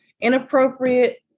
inappropriate